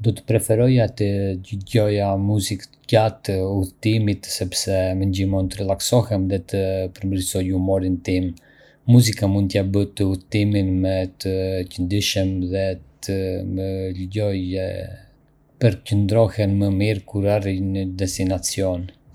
Do të preferoja të dëgjoja muzikë gjatë udhëtimit sepse më ndihmon të relaksohem dhe të përmirësoj humorin tim. Muzika mund ta bëjë udhëtimin më të këndshëm dhe të më lejojë të përqendrohem më mirë kur arrij në destinacion.